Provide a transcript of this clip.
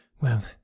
Well